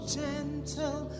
gentle